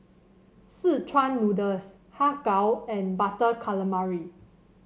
Szechuan Noodles Har Kow and Butter Calamari